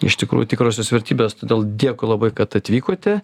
iš tikrųjų tikrosios vertybės todėl dėkui labai kad atvykote